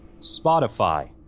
Spotify